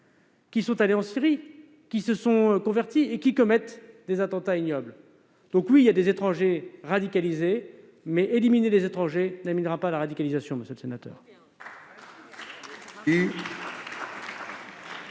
sont allés en Syrie et en sont revenus pour commettre des attentats ignobles. Oui, il y a des étrangers radicalisés, mais éliminer les étrangers n'éliminera pas la radicalisation, monsieur le sénateur.